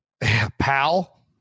Pal